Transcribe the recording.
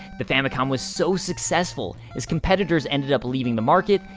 the famicom was so successful, its competitors ended up leaving the market,